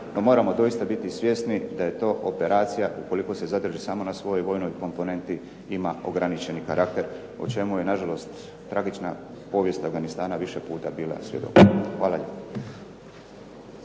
moramo doista biti svjesni da je to operacija, ukoliko se zadrži samo na svojoj vojnoj komponenti, ima ograničeni karakter. U čemu je nažalost tragična povijest Afganistana više puta bila svjedok. Hvala lijepo.